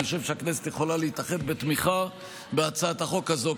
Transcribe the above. אני חושב שהכנסת יכולה להתאחד בתמיכה בהצעת החוק הזו,